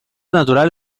natural